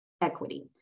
equity